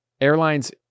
Airlines